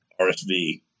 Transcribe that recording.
RSV